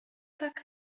tak